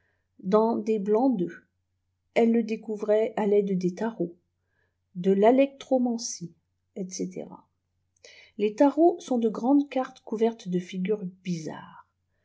des blancs d'œufs elle le découvrait à l'aide des tarots de valeclromancie etc les tarots sont de grandes cartes couvertes de figures bizarres